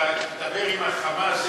דבר עם ה"חמאס",